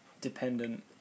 dependent